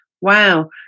wow